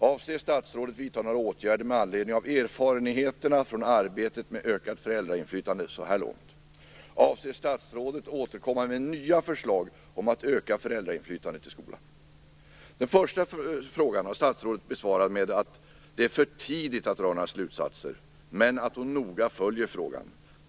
Avser statsrådet vidta några åtgärder med anledning av erfarenheterna från arbetet med ökat föräldrainflytande så här långt? Avser statsrådet återkomma med nya förslag om att öka föräldrainflytandet i skolan? Den första frågan har statsrådet besvarat med att det är för tidigt att dra några slutsatser men att hon noga följer frågan.